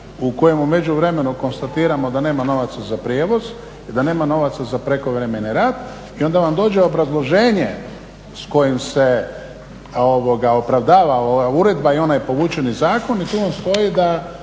u kojem u međuvremenu konstatiramo da nema novaca za prijevoz i da nema novaca za prekovremeni radi i onda vam dođe obrazloženje s kojim se opravdava ova uredba i onaj povučeni zakon i tu vam stoji da